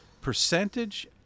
Percentage